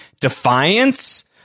defiance